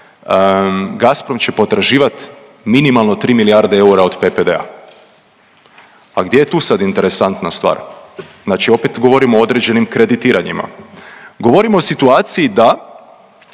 Gazprom će potraživati minimalno 3 milijarde eura od PPD-a. A gdje je tu sad interesantna stvar? Znači opet govorimo o određenim kreditiranjima? Govorimo o situaciji da